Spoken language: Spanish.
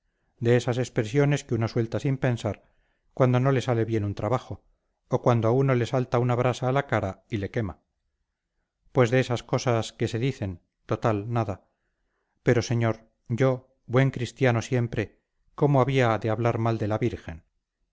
de esas expresiones que uno suelta sin pensar cuando no le sale bien un trabajo o cuando a uno le salta una brasa a la cara y le quema pues de esas cosas que se dicen total nada pero señor yo buen cristiano siempre cómo había de hablar mal de la virgen